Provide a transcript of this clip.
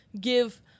give